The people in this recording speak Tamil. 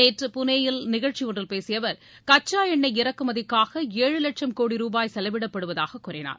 நேற்று புனேயில் நிகழ்ச்சியொன்றில் பேசிய அவர் கச்சா எண்ணெய் இறக்குமதிக்காக ஏழு லட்சம் கோடி செலவிடப்படுவதாக ருபாய் கூறினார்